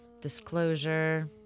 Disclosure